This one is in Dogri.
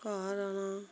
घर औना